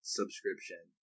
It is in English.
subscription